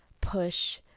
push